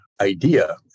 idea